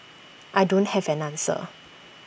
I don't have an answer